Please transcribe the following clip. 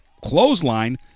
clothesline